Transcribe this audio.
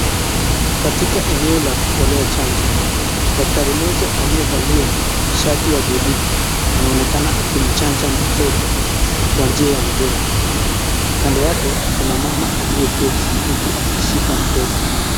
Katika eneo la kutolea chanjo daktari mmoja aliyevalia shati ya buluu anaonekana akimchanja mtoto kwa njia ya mdomo. Kando yake kuna mama aliyeketi kando yake akishika mtoto.